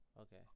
okay